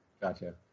Gotcha